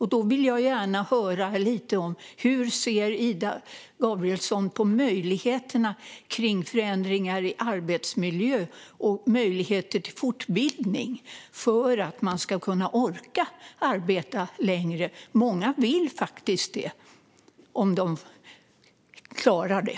Jag vill gärna höra lite om hur Ida Gabrielsson ser på möjligheter till förändringar i arbetsmiljön och möjligheter till fortbildning för att man ska orka arbeta längre. Många vill faktiskt det om de klarar det.